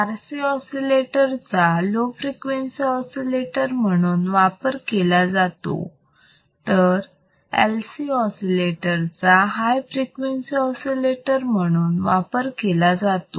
RC oscillator चा low frequency oscillator म्हणून वापर केला जातो तर LC ऑसिलेटर चा हाय फ्रिक्वेन्सी ऑसिलेटर म्हणून वापर केला जातो